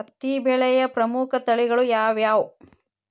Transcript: ಹತ್ತಿ ಬೆಳೆಯ ಪ್ರಮುಖ ತಳಿಗಳು ಯಾವ್ಯಾವು?